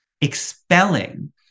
expelling